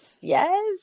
Yes